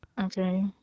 Okay